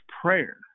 prayer